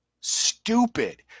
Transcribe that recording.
Stupid